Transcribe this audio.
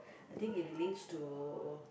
I think it relates to